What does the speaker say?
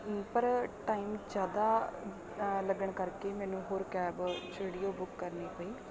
ਪਰ ਟਾਈਮ ਜ਼ਿਆਦਾ ਲੱਗਣ ਕਰਕੇ ਮੈਨੂੰ ਹੋਰ ਕੈਬ ਜਿਹੜੀ ਉਹ ਬੁੱਕ ਕਰਨੀ ਪਈ